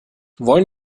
wollen